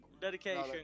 dedication